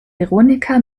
veronika